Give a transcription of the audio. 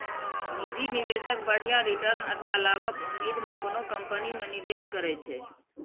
निजी निवेशक बढ़िया रिटर्न अथवा लाभक उम्मीद मे कोनो कंपनी मे निवेश करै छै